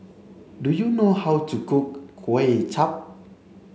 do you know how to cook Kuay Chap